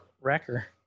wrecker